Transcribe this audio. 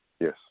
Yes